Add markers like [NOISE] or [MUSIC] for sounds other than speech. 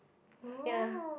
[BREATH] ya